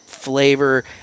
flavor